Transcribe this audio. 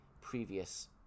previous